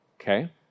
okay